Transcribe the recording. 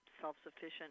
self-sufficient